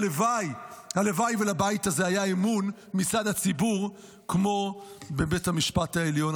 הלוואי ולבית הזה היה אמון מצד הציבור כמו בבית המשפט העליון.